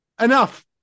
Enough